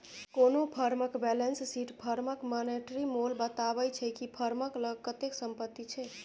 कोनो फर्मक balance sheet फर्मक मानेटिरी मोल बताबै छै कि फर्मक लग कतेक संपत्ति छै